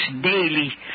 daily